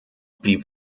blieb